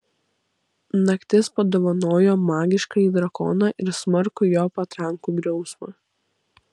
naktis padovanojo magiškąjį drakoną ir smarkų jo patrankų griausmą